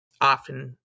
often